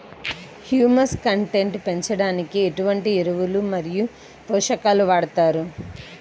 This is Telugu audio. హ్యూమస్ కంటెంట్ పెంచడానికి ఎటువంటి ఎరువులు మరియు పోషకాలను వాడతారు?